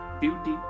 beauty